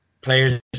players